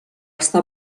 estar